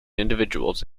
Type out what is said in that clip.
individuals